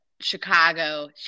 Chicago